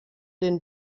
den